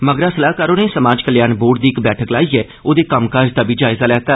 मगरा सलाहकार होरें समाज कल्याण बोर्ड दी इक बैठक लाइयै ओहदे कम्मकाज दा बी जायजा लैता